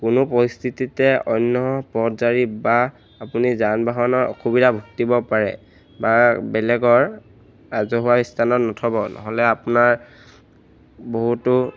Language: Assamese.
কোনো পৰিস্থিতিতে অন্য পথচাৰী বা আপুনি যান বাহনৰ অসুবিধা ভুগিব পাৰে বা বেলেগৰ ৰাজহুৱা স্থানত নথ'ব নহ'লে আপোনাৰ বহুতো